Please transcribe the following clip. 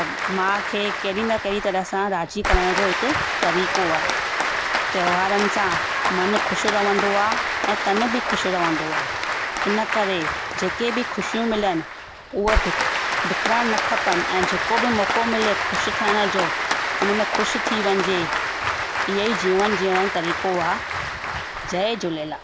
मां खे कहिड़ी न कहिड़ी तरह सां राज़ी करण जो हकु तरीक़ो आहे त्योहारनि सां मन ख़ुशि रहंदो आहे ऐं तन बि ख़ुशि रहंदो आहे इन करे जेके बि ख़ुशियूं मिलन उहो बि बिखरण न खपन ऐं जेको बि मौको मिले ख़ुशि थियण जो हुन में ख़ुशि थी वञिजे इहो ई जीवन जीअण जो तरीक़ो आहे जय झूलेलाल